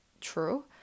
true